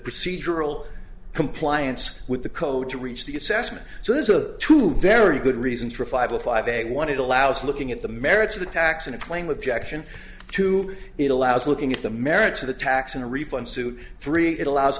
procedural compliance with the code to reach the assessment so there's a two very good reasons for a five a five day one it allows looking at the merits of the tax and playing with jackson to it allows looking at the merits of the tax in a refund suit three it allows